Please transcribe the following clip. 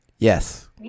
Yes